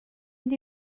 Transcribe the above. mynd